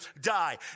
die